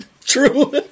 True